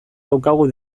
daukagu